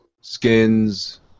skins